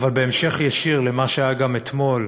אבל בהמשך ישיר למה שהיה גם אתמול,